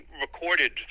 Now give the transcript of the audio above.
recorded